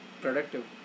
productive